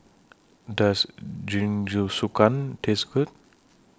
Does Jingisukan Taste Good